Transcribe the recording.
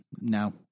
no